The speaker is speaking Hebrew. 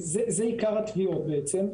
זה עיקר התביעות בעצם.